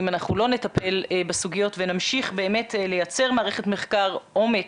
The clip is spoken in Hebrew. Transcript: אם אנחנו לא נטפל בסוגיות ונמשיך באמת לייצר מחקר עומק,